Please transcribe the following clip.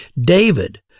David